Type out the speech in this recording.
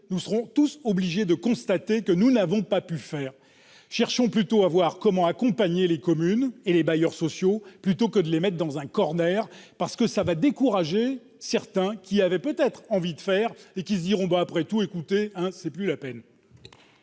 Nous serons tous obligés de constater que nous n'avons pas pu faire. Cherchons plutôt à voir comment accompagner les communes et les bailleurs sociaux plutôt que de les mettre dans un, parce que cela va décourager certains, qui avaient peut-être envie de faire et qui se diront :« Après tout, ce n'est plus la peine